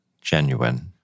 genuine